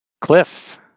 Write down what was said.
Cliff